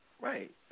Right